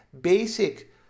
basic